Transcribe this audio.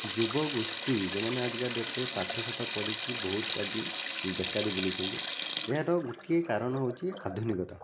ଯୁବଗୋଷ୍ଟୀ ଯଉଁମାନେ ଆଜିକା ଡେଟ୍ରେ ପାଠଶାଠ ପଢ଼ିକି ବହୁତ ଆଜି ବେକାରି ବୁଲୁଛନ୍ତି ଏହାର ଗୋଟିଏ କାରଣ ହେଉଛି ଆଧୁନିକତା